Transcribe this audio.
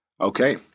Okay